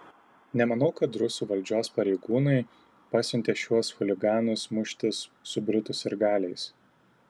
nemanau kad rusų valdžios pareigūnai pasiuntė šiuos chuliganus muštis su britų sirgaliais